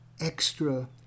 extra